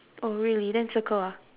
oh really then circle ah